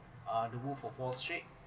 uh the wolf of wall street